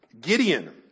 Gideon